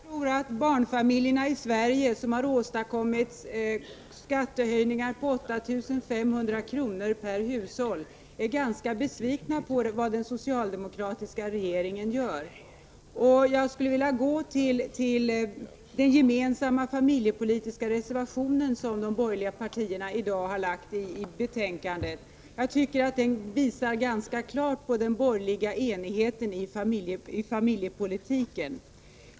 Herr talman! Jag tror att barnfamiljerna i Sverige, som har fått vidkännas skattehöjningar på 8 500 kr. per hushåll, är ganska besvikna på vad den socialdemokratiska regeringen åstadkommit. Den gemensamma familjepolitiska reservation som de borgerliga partierna har avgivit tycker jag visar ganska klart att det finns en borgerlig enighet i familjepolitiken.